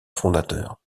fondateur